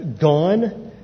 gone